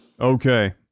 Okay